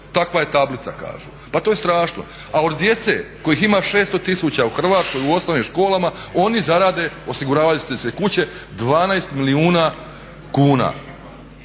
takva je tablica kažu. Pa to je strašno. A od djece kojih ima 600 tisuća u Hrvatskoj u osnovnim školama oni zarade, osiguravajuće kuće 12 milijuna kuna.